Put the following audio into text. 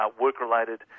work-related